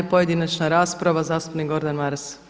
Pojedinačna rasprava, zastupnik Gordan Maras.